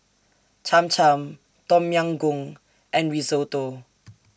Cham Cham Tom Yam Goong and Risotto